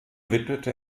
widmete